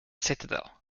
citadel